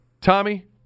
Tommy